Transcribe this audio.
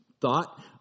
thought